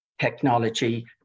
Technology